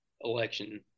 election